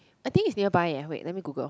I think is nearby eh wait let me Google